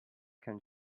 can